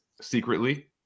secretly